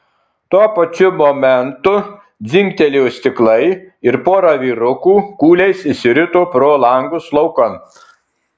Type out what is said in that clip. tuo pačiu momentu dzingtelėjo stiklai ir pora vyrukų kūliais išsirito pro langus laukan